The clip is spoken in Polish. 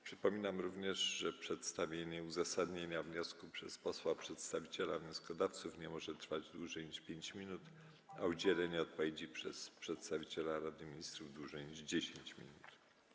Przypominam również, że przedstawienie uzasadnienia wniosku przez posła przedstawiciela wnioskodawców nie może trwać dłużej niż 5 minut, a udzielenie odpowiedzi przez przedstawiciela Rady Ministrów - dłużej niż 10 minut.